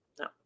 No